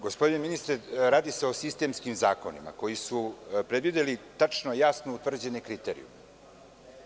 Gospodine ministre, radi se o sistemskim zakonima koji su predvideli tačno i jasno utvrđene kriterijume.